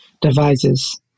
devices